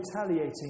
retaliating